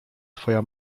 twoja